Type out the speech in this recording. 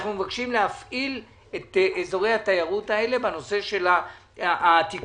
אנחנו מבקשים להפעיל את אזורי התיירות האלה בנושא של העתיקות,